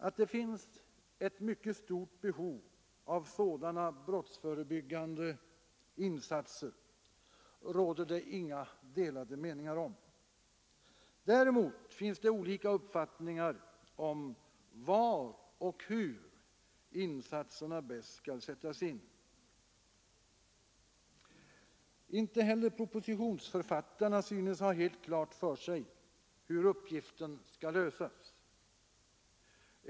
Att det föreligger ett mycket stort behov av sådana brottsförebyggande insatser råder det inga delade meningar om. Däremot finns det olika uppfattningar om var och hur insatserna bäst skall sättas in. Inte heller propositionsförfattarna synes ha helt klart för sig hur uppgiften skall lösas.